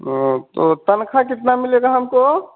हाँ तो तनख्वाह कितना मिलेगा हमको